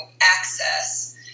access